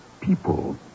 people